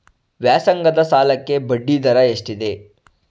ವ್ಯಾಸಂಗದ ಸಾಲಕ್ಕೆ ಬಡ್ಡಿ ದರ ಎಷ್ಟಿದೆ?